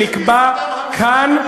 שנקבע כאן,